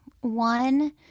One